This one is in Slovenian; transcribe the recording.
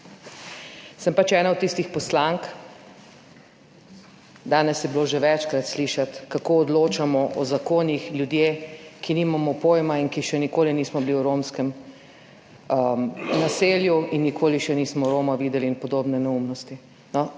Sem pač ena od tistih poslank, danes je bilo že večkrat slišati, kako odločamo o zakonih ljudje, ki nimamo pojma in ki še nikoli nismo bili v romskem naselju in še nikoli nismo Roma videli, in podobne neumnosti.